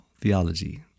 theology